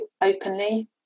openly